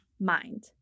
mind